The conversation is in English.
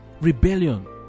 rebellion